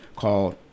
called